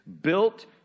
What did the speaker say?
built